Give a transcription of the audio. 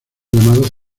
llamados